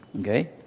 okay